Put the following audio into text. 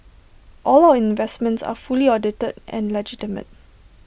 all of investments are fully audited and legitimate